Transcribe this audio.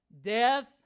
Death